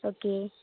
okay